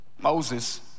Moses